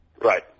Right